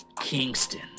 Kingston